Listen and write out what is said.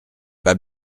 pas